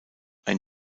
ein